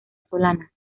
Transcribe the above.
solanas